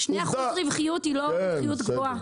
2% רווחיות היא לא רווחיות גבוהה.